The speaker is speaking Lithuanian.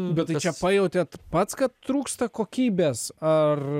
bet tai čia pajautėt pats kad trūksta kokybės ar